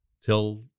till